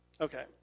Okay